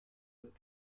wird